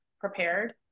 prepared